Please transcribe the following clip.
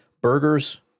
burgers